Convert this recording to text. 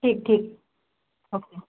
ठीक ठीक ओके